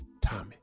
Tommy